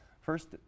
First